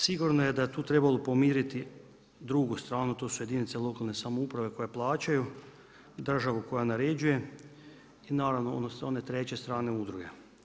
Sigurno je da je tu trebalo pomiriti drugu stranu, tu su jedinice lokalne samouprave koje plaćaju državu koja naređuje i naravno one treće strane udruge.